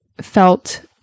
felt